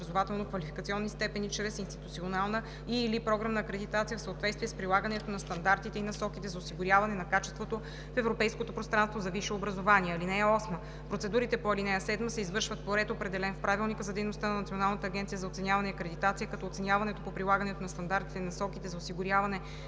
по образователно-квалификационни степени чрез институционална и/или програмна акредитация в съответствие с прилагането на стандартите и насоките за осигуряване на качеството в европейското пространство за висше образование. (8) Процедурите по ал. 7 се извършват по ред, определен в Правилника за дейността на Националната агенция за оценяване и акредитация, като оценяването по прилагането на стандартите и насоките за осигуряване